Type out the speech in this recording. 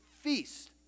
feast